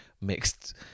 mixed